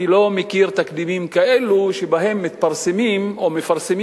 אני לא מכיר תקדימים כאלה שבהם מתפרסמות או מפרסמים